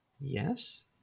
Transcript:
Yes